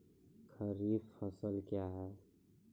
खरीफ फसल क्या हैं?